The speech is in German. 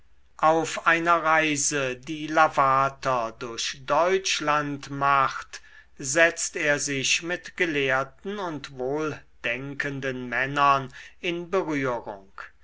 auf einer reise die lavater durch deutschland macht setzt er sich mit gelehrten und wohldenkenden männern in berührung